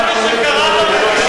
בשנות ה-90, השר קורא לי קריאות ביניים.